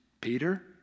Peter